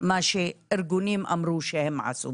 מה שארגונים אמרו שהם עשו